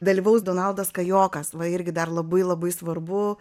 dalyvaus donaldas kajokas va irgi dar labai labai svarbu